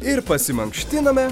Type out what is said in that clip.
ir pasimankštinome